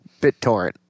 BitTorrent